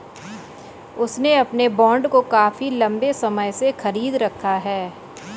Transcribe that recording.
उसने अपने बॉन्ड को काफी लंबे समय से खरीद रखा है